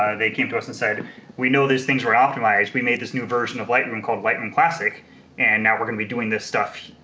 they came to us and said we know these things weren't optimized. we made this new version of lightroom called lightroom classic and now we're gonna be doing this stuff,